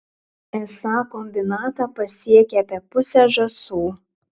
esą kombinatą pasiekia apie pusę žąsų